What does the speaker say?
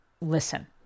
listen